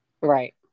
Right